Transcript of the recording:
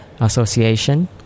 association